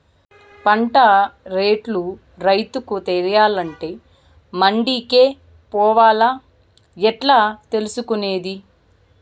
పంట రేట్లు రైతుకు తెలియాలంటే మండి కే పోవాలా? ఎట్లా తెలుసుకొనేది?